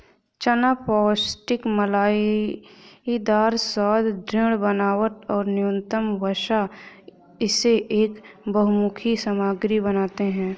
चना पौष्टिक मलाईदार स्वाद, दृढ़ बनावट और न्यूनतम वसा इसे एक बहुमुखी सामग्री बनाते है